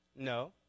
No